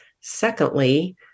secondly